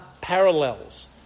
parallels